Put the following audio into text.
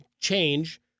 change